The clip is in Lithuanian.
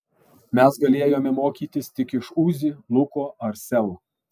mes galėjome mokytis tik iš uzi luko ar sel